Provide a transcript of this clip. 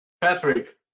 Patrick